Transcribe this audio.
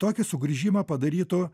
tokį sugrįžimą padarytų